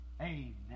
Amen